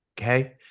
Okay